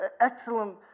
excellent